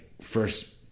first